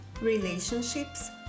relationships